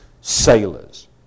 sailors